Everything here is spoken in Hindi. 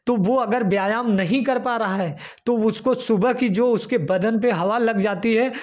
तो वह अगर व्यायाम नहीं कर पा रहा है तो उसको सुबह की जो उसके बदन पर जो हवा लग जाती है